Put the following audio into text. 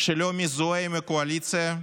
שלא מזוהה עם הקואליציה,